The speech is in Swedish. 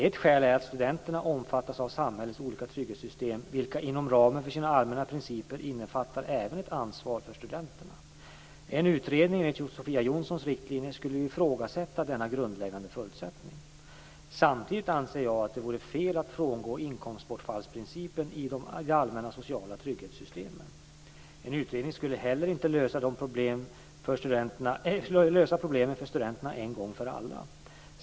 Ett skäl är att studenterna omfattas av samhällets olika trygghetssystem vilka inom ramen för sina allmänna principer innefattar även ett ansvar för studenterna. En utredning enligt Sofia Jonssons riktlinjer skulle ifrågasätta denna grundläggande förutsättning. Samtidigt anser jag att det vore fel att frångå inkomstbortfallsprincipen i det allmänna sociala trygghetssystemet. En utredning skulle inte heller lösa problemen för studenterna en gång för alla.